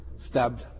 stabbed